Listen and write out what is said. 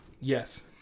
Yes